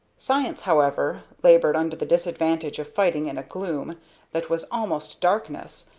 science, however, labored under the disadvantage of fighting in a gloom that was almost darkness,